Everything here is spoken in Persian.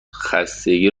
خستگی